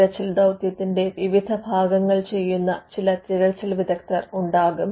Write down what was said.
തിരച്ചിൽ ദൌത്യത്തിന്റെ വിവിധ ഭാഗങ്ങൾ ചെയ്യുന്ന പല തിരച്ചിൽ വിദഗ്ധർ ഉണ്ടാകും